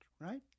right